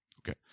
Okay